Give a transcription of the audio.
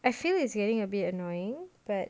I feel it's getting a bit annoying but